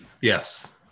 Yes